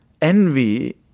envy